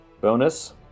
Bonus